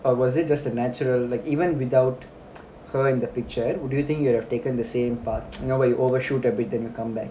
or was it just a natural like even without her in the picture then do you think you would have taken the same part you know when you overshoot a bit then you come back